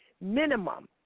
Minimum